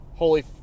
Holy